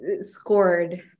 scored